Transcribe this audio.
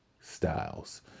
Styles